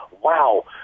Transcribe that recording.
wow